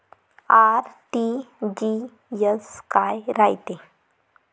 RTGS काय रायते?